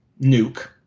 Nuke